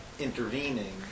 Intervening